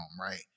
Right